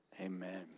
Amen